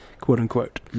quote-unquote